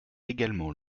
également